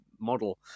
model